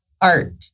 art